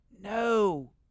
No